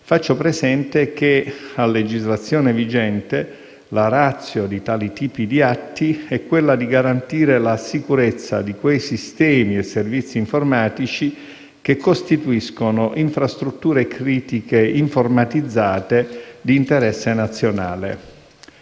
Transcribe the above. faccio presente che, a legislazione vigente, la *ratio* di tali tipi di atti è quella di garantire la sicurezza di quei sistemi e servizi informatici che costituiscono infrastrutture critiche informatizzate di interesse nazionale.